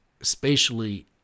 spatially